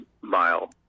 mile